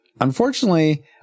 unfortunately